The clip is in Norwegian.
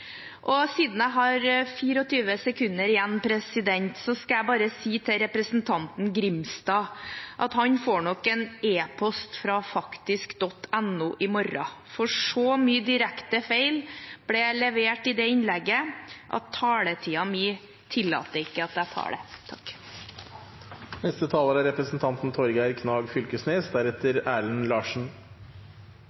Og siden jeg har 24 sekunder igjen, skal jeg bare si til representanten Grimstad at han får nok en e-post fra faktisk.no i morgen, for så mange direkte feil ble levert i innlegget hans at taletiden min tillater ikke at jeg tar dem opp. Eg kan slutte meg til det. Det er